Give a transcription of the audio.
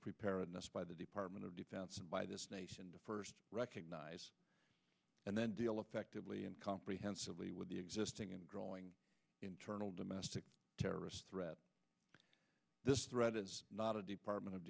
preparedness by the department of defense and by this nation to first recognize and then develop actively and comprehensively with the existing and growing internal domestic terrorist threat this threat is not a department of